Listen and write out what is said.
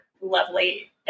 lovely